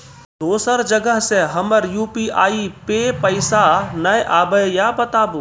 दोसर जगह से हमर यु.पी.आई पे पैसा नैय आबे या बताबू?